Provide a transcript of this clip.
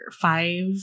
five